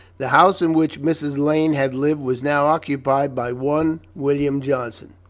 the house in which mrs. lane had lived was now occupied by one william johnson.